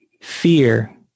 fear